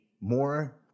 more